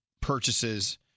purchases